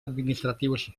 administratius